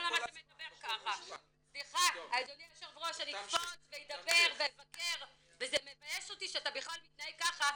סליחה --- אני אמרתי שהוא יתייחס.